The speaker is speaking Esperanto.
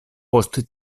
post